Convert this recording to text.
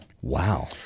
Wow